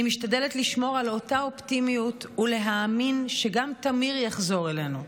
אני משתדלת לשמור על אותה אופטימיות ולהאמין שגם תמיר יחזור אלינו,